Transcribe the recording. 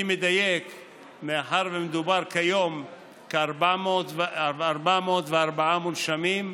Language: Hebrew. מאחר שמדובר כיום על 404 מונשמים,